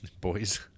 Boys